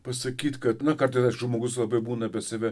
pasakyt kad nu kartais aišku žmogus labai būna apie save